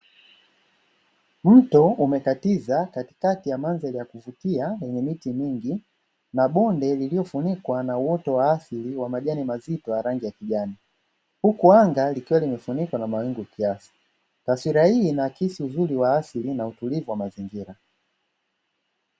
Mto umekatiza katikati ya mandhari ya kuvutia yenye miti mingi na bonde lililofunikwa na uoto wa asili wa majani mazito ya rangi ya kijani, huku anga likiwa limefunikwa na hali ya mawingu kiasi, taswira hii inaakisi uzuri wa asili na utulivu wa mazingira.